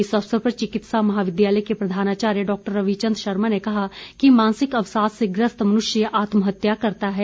इस अवसर पर चिकित्सा महाविद्यालय के प्रधानाचार्य डॉ रविचंद शर्मा ने कहा कि मानसिक अवसाद से ग्रस्त मनुष्य आत्महत्या करता है